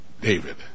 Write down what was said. David